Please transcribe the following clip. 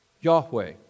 Yahweh